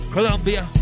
Colombia